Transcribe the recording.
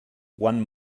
one